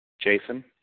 Jason